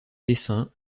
dessin